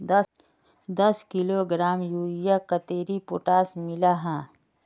दस किलोग्राम यूरियात कतेरी पोटास मिला हाँ?